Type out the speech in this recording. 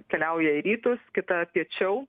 keliauja į rytus kita piečiau